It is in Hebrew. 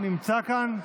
נמצא כאן?